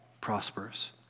Prosperous